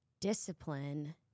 Discipline